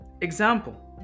Example